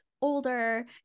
older